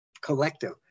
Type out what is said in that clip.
collective